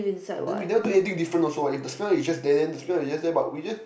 then we never do anything different also what if the smell is just there then is just there but we just